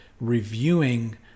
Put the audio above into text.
reviewing